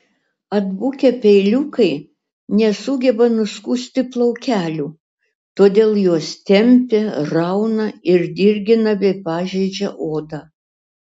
atbukę peiliukai nesugeba nuskusti plaukelių todėl juos tempia rauna ir dirgina bei pažeidžia odą